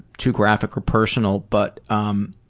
too graphic or personal, but um